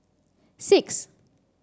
six